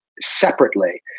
separately